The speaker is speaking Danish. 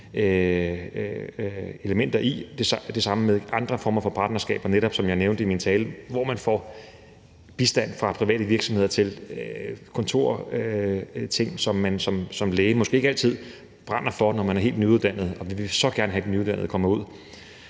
elementer i. Det samme gælder andre former for partnerskaber, som jeg netop nævnte i min tale, hvor man får bistand fra private virksomheder til kontorting, som man som læge måske ikke altid brænder for, når man er helt nyuddannet. Og vi vil så gerne have, at de nyuddannede kommer ud